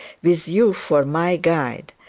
with you for my guide,